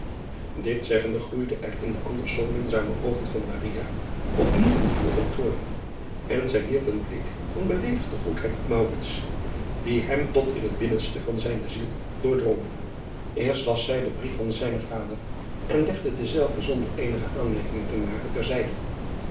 it zeggende gloeide er in de anders zoo minzame oogen van op nieuw een vuur van toorn en zij wierp een blik van beleedigde goedheid op die hem tot in het binnenste van zijne ziel doordrong erst las zij den brief van zijnen vader en legde denzelven zonder eenige aanmerking te maken ter zijde